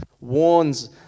warns